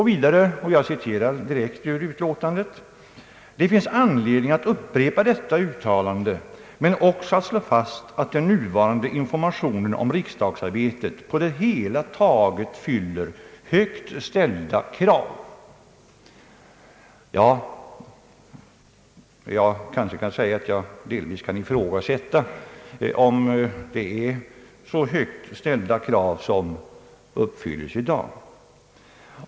Vidare anför utskottet: »Det finns anledning att upprepa detta uttalande men också att slå fast att den nuvarande informationen om riksdagsarbetet på det hela taget fyller högt ställda krav.» Jag ifrågasätter om det verkligen är så högt ställda krav som uppfylls i dag.